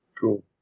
Cool